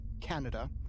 Canada